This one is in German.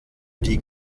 die